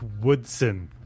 Woodson